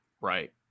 Right